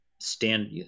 stand